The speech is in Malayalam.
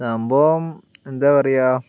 സംഭവം എന്താ പറയുക